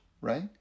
right